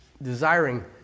desiring